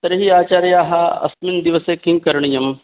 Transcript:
तर्हि आचार्याः अस्मिन् दिवसे किं करणीयं